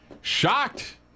Shocked